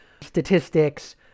statistics